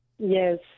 Yes